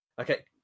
Okay